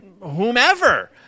Whomever